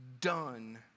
done